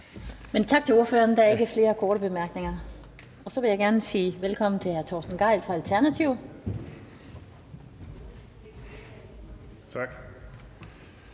Tak til ordføreren. Der er ikke flere korte bemærkninger. Så vil jeg gerne sige velkommen til den næste ordfører. Det